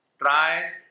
Try